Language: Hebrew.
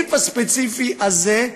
הסעיף הספציפי הזה,